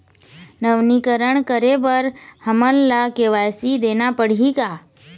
नवीनीकरण करे बर हमन ला के.वाई.सी देना पड़ही का?